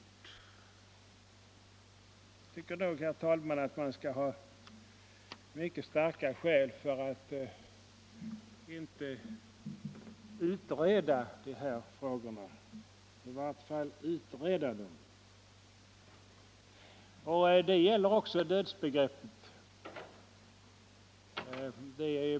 Jag tycker, herr talman, att man skall ha mycket starka skäl för att inte i varje fall utreda dessa frågor. Det gäller också dödsbegreppet.